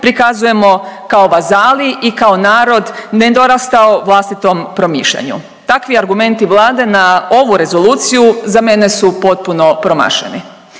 Prikazujemo kao vazali i kao narod nedorastao vlastitom promišljanju. Takvi argumenti Vlade na ovu Rezoluciju za mene su potpuno promašeni.